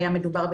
לדוגמה,